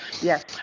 Yes